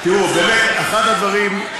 תראו, באמת, אחד הדברים,